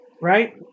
right